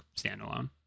standalone